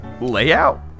layout